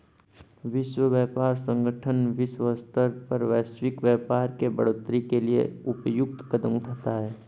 विश्व व्यापार संगठन विश्व स्तर पर वैश्विक व्यापार के बढ़ोतरी के लिए उपयुक्त कदम उठाता है